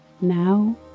Now